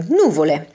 nuvole